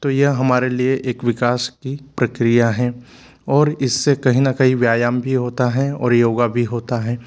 तो यह हमारे लिए एक विकास की प्रक्रिया है और इस से कहीं ना कही व्यायाम भी होता है और योग भी होता है